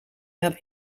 haar